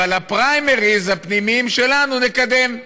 אבל את הפריימריז הפנימיים שלנו נקדם.